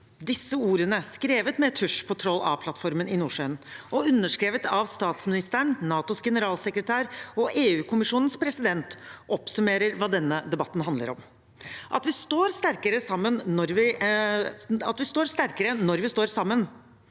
Disse ordene, skrevet med tusj på Troll Aplattformen i Nordsjøen og underskrevet av statsministeren, NATOs generalsekretær og EU-kommisjonens president, oppsummerer hva denne debatten handler om: at vi står sterkere når vi står sammen.